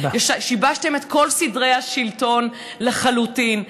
שיבשתם את כל סדרי השלטון לחלוטין.